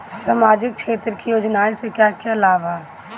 सामाजिक क्षेत्र की योजनाएं से क्या क्या लाभ है?